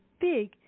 big